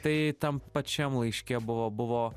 tai tam pačiam laiške buvo buvo